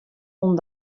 oan